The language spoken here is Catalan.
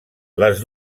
les